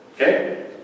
okay